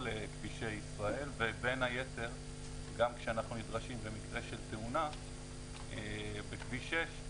כבישי ישראל ובין היתר גם כשאנחנו נדרשים במקרה של תאונה בכביש 6,